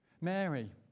Mary